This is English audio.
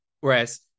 whereas